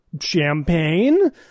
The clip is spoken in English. champagne